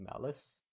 malice